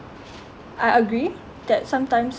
I agree that sometimes